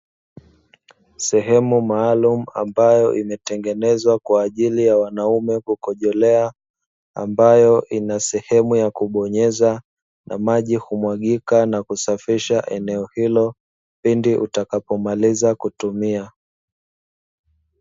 Sehemu maalumu ambayo imetengenezwa kwa ajili ya wanaume kukojolea ambayo inasehemu ya kubonyeza na maji humwagika na kusafisha eneo hilo pindi utakapo maliza kutumia.